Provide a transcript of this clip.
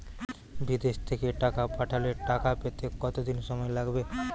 বিদেশ থেকে টাকা পাঠালে টাকা পেতে কদিন সময় লাগবে?